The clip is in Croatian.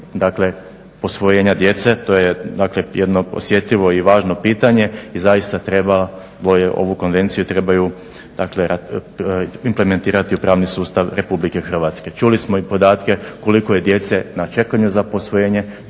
dakle posvojenja djece. To je dakle jedno osjetljivo i važno pitanje i zaista trebalo je, ovu konvenciju treba implementirati u pravni sustav RH. Čuli smo i podatke koliko je djece na čekanju za posvojenje,